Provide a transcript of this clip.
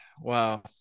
Wow